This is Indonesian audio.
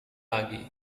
lagi